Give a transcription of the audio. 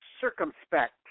circumspect